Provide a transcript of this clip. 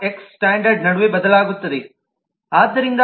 X standard ನಡುವೆ ಬದಲಾಗುತ್ತದೆ